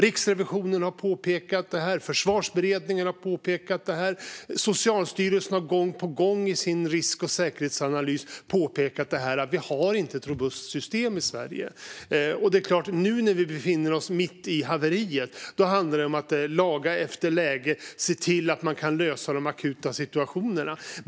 Riksrevisionen och Försvarsberedningen har påpekat detta, och Socialstyrelsen har gång på gång i sin risk och säkerhetsanalys påpekat att det inte finns ett robust system i Sverige. Det är klart att nu, när vi befinner oss mitt i haveriet, handlar det om att laga efter läge och se till att man kan lösa de akuta situationerna.